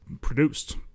produced